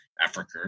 Africa